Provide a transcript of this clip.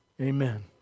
Amen